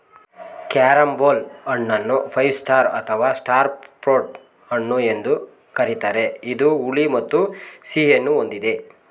carambola ಹಣ್ಣನ್ನು five star ಅಥವಾ star fruit ಹಣ್ಣು ಎಂದು ಕರಿತಾರೆ ಇದು ಹುಳಿ ಮತ್ತು ಸಿಹಿಯನ್ನು ಹೊಂದಿದೆ